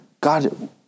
God